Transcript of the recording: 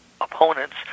opponents